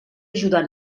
ajudar